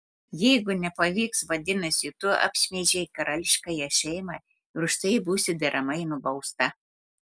jeigu nepavyks vadinasi tu apšmeižei karališkąją šeimą ir už tai būsi deramai nubausta